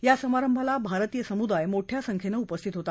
या समारंभाला भारतीय समुदाय मोठ्या सख्येनं उपस्थित होता